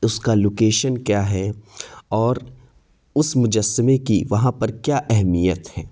اس کا لوکیشن کیا ہے اور اس مجسمے کی وہاں پر کیا اہمیت ہے